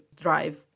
drive